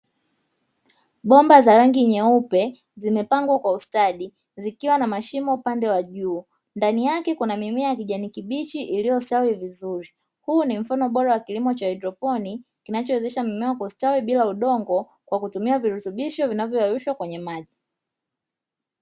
Bomba za rangi nyeupe zimepangwa kwa ustadi zikiwa na mashimo upande wa juu, ndani yake kuna mimea ya kijani kibichi iliyostawi vizuri, huu ni mfano bora wa kilimo cha haidroponi kinachowezesha mimea kustawi bila udongo kwa kutumia virutubisho vinavyoyeyushwa kwenye maji.